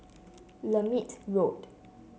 Lermit Road